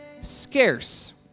scarce